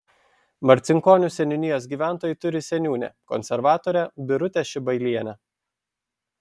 marcinkonių seniūnijos gyventojai turi seniūnę konservatorę birutę šibailienę